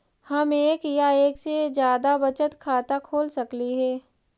हम एक या एक से जादा बचत खाता खोल सकली हे?